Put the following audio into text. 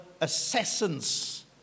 assassins